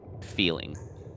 feeling